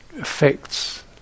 affects